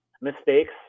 mistakes